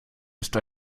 ist